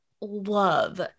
love